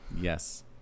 Yes